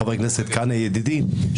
חבר הכנסת כהנא ידידי,